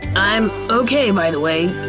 i'm okay by the way.